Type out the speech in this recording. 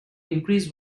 increase